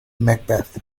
macbeth